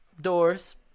doors